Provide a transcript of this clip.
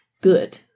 Good